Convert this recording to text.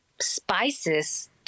spices